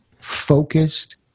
focused